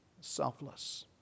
Selfless